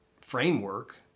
framework